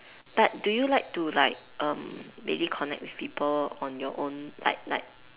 but do you like to like um maybe connect with people on your own like like